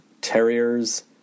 Terriers